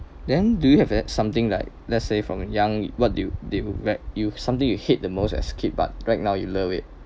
then do you have something like let's say from young what do you you something you hate the most as kid but right now you love it